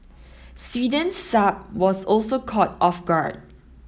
Sweden's Saab was also caught off guard